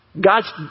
God's